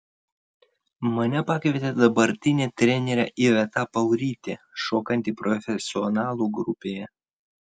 mane pakvietė dabartinė trenerė iveta paurytė šokanti profesionalų grupėje